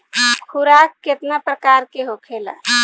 खुराक केतना प्रकार के होखेला?